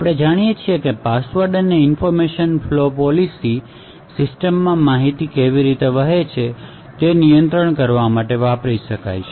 આપણે જાણીએ છીએ કે પાસવર્ડ્સ અને ઇન્ફોર્મેશન ફલો પોલિસી સિસ્ટમ માં માહિતી કેવી રીતે વહે છે તે નિયંત્રિત કરવા માટે વાપરી શકાય છે